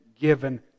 given